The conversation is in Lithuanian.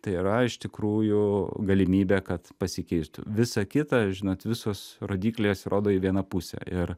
tai yra iš tikrųjų galimybė kad pasikeistų visa kita žinot visos rodyklės rodo į vieną pusę ir